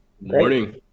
morning